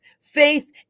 Faith